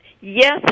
yes